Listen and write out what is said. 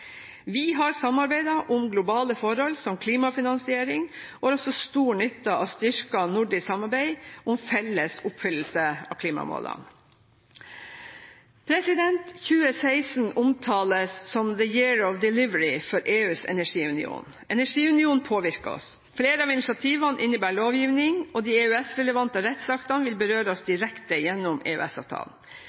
Vi har samarbeidet om globale forhold, som klimafinansiering, og har også stor nytte av styrket nordisk samarbeid om felles oppfyllelse av klimamålene. 2016 omtales som «the year of delivery» for EUs energiunion. Energiunionen påvirker oss. Flere av initiativene innebærer lovgivning, og de EØS-relevante rettsaktene vil berøre oss direkte gjennom